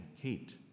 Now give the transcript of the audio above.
Kate